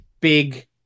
big